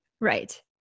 Right